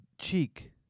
cheek